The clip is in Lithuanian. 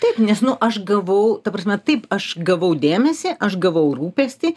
taip nes nu aš gavau ta prasme taip aš gavau dėmesį aš gavau rūpestį